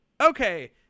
Okay